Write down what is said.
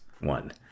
one